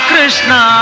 Krishna